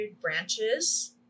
branches